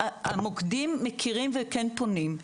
המוקדים מכירים וכן פונים.